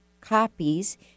copies